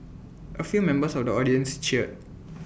A few members of the audience cheered